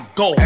go